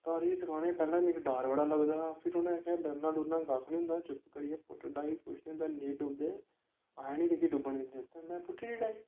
तारी सखाने शा पैह्लें मिगी डर बड़ा लगदा हा फिर उ'नें आखेआ डरने डुरना कक्ख नि होंदा चुप्प करियै पुट्ट डाई कुछ नी होंदा नेईं डुबदे अस नी तुगी डुब्बन दिंदे ते में सुट्टी ओड़ी डाई